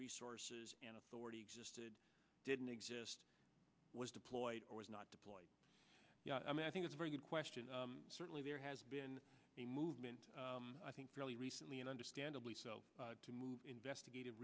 resources and authority existed didn't exist was deployed or was not deployed i mean i think it's very good question certainly there has been a movement i think very recently and understandably so to move investigat